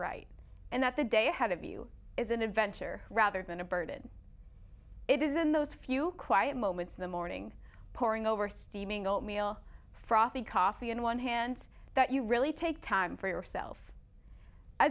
alright and that the day ahead of you is an adventure rather than a burden it is in those few quiet moments in the morning poring over steaming old meal frothy coffee in one hand that you really take time for yourself